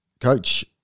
Coach –